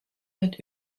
wird